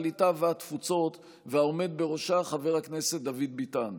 הקליטה והתפוצות והעומד בראשה חבר הכנסת דוד ביטן.